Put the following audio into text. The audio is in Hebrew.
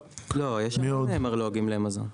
לא, יש עוד מרלו"גים למזון.